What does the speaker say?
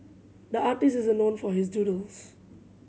the artist is known for his doodles